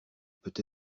peut